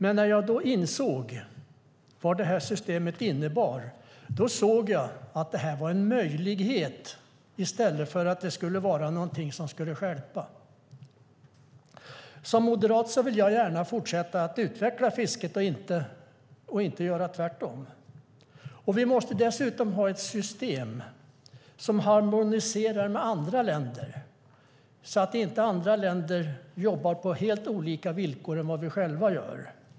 Men när jag insåg vad systemet innebar såg jag att det var en möjlighet i stället för någonting som skulle stjälpa. Som moderat vill jag gärna fortsätta utveckla fisket och inte tvärtom. Vi måste dessutom ha ett system som harmoniserar med andra länder så att inte andra länder jobbar på helt andra villkor än vad vi själva gör.